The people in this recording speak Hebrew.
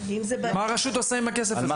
מה הרשות עושה עם הכסף הזה?